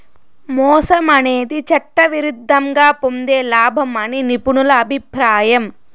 మోసం అనేది చట్టవిరుద్ధంగా పొందే లాభం అని నిపుణుల అభిప్రాయం